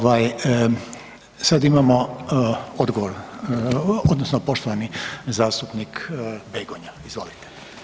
Ovaj sad imamo odgovor odnosno poštovani zastupnik Begonja, izvolite.